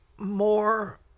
more